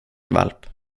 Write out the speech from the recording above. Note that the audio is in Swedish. valp